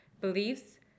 beliefs